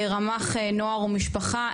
רמ"ח נוער ומשפחה,